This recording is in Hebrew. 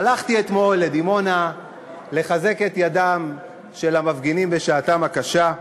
הלכתי אתמול לדימונה לחזק את ידי המפגינים בשעתם הקשה,